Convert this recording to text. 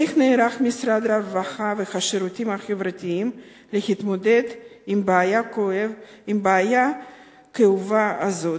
איך נערך משרד הרווחה והשירותים החברתיים להתמודד עם בעיה כאובה זאת?